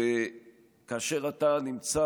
וכאשר אתה נמצא